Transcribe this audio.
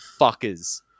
fuckers